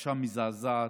פרשה מזעזעת,